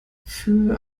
für